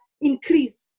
increase